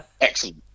Excellent